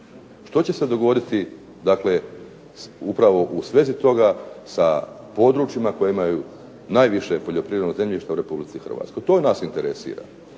Što će se dogoditi dakle upravo u svezi toga sa područjima koja imaju najviše poljoprivrednog zemljišta u Republici Hrvatsko? To nas interesira.